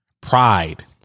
pride